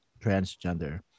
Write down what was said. transgender